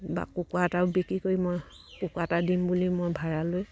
বা কুকুৰা এটাও বিক্ৰী কৰি মই কুকুৰা এটা দিম বুলি মই ভাড়া লৈ